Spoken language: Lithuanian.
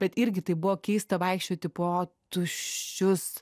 bet irgi tai buvo keista vaikščioti po tuščius